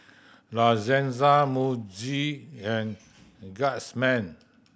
La Senza Muji and Guardsman